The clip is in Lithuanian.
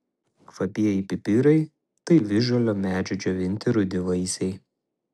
kvapieji pipirai tai visžalio medžio džiovinti rudi vaisiai